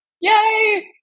Yay